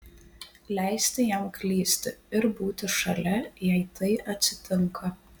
leisti jam klysti ir būti šalia jei tai atsitinka